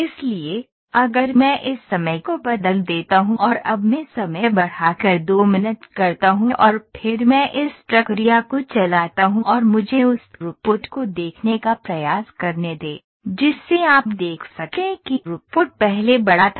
इसलिए अगर मैं इस समय को बदल देता हूं और अब मैं समय बढ़ाकर 2 मिनट करता हूं और फिर मैं इस प्रक्रिया को चलाता हूं और मुझे उस थ्रूपुट को देखने का प्रयास करने दें जिससे आप देख सकें कि थ्रूपुट पहले बड़ा था